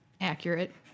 Accurate